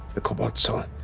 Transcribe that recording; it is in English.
the cobalt soul.